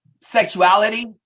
sexuality